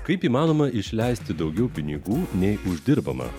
kaip įmanoma išleisti daugiau pinigų nei uždirbama